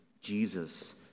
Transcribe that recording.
Jesus